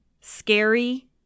scary